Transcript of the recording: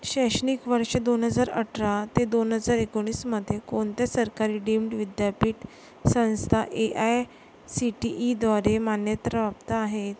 शैश्णिक वर्ष दोन हजार अठरा ते दोन हजार एकोणीसमध्ये कोणते सरकारी डीम्ड विद्यापीठ संस्था ए आय सी टी ईद्वारे मान्यत्राप्त आहेत